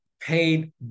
paid